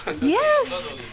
Yes